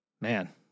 man